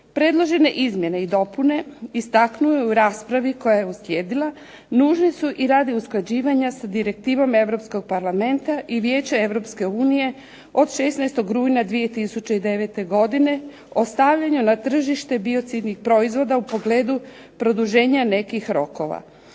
Predložene izmjene i dopune istaknuo je u raspravi koja je uslijedila nužne su i radi usklađivanja sa direktivnom Europskog parlamenta i Vijeća Europske unije od 16. rujna 2009. ostavljanje na tržište biocidnih proizvoda u pogledu produženja nekih rokova.